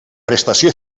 prestació